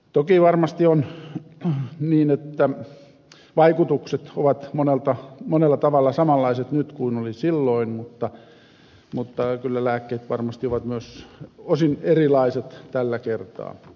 toki varmasti on niin että vaikutukset ovat monella tavalla samanlaiset nyt kuin ne olivat silloin mutta kyllä lääkkeet varmasti ovat myös osin erilaiset tällä kertaa